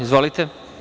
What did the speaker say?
Izvolite.